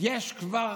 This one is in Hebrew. יש כבר